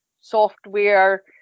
software